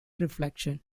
reflection